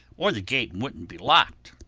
or the gate wouldn't be locked.